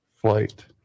flight